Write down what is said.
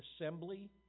assembly